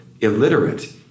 illiterate